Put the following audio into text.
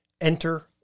Enter